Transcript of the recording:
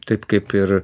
taip kaip ir